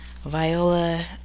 Viola